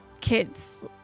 kids